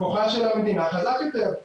כוחה של המדינה חזק יותר.